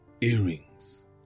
earrings